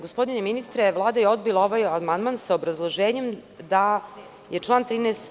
Gospodine ministre, Vlada je odbila ovaj amandman sa obrazloženjem da je član 13.